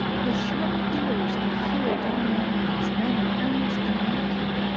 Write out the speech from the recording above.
his sharp ears could hear danny meadow mouse running almost underneath him.